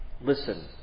Listen